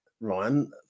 Ryan